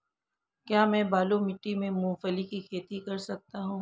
क्या मैं बालू मिट्टी में मूंगफली की खेती कर सकता हूँ?